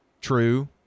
true